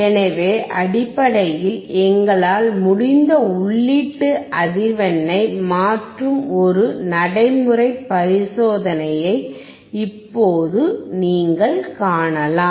எனவே அடிப்படையில் எங்களால் முடிந்த உள்ளீட்டு அதிர்வெண்ணை மாற்றும் ஒரு நடைமுறை பரிசோதனையை இப்போது நீங்கள் காணலாம்